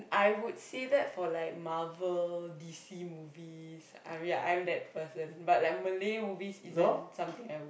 I would say that for like Marvel D_C movies um ya I'm that person but Malay movie isn't something I would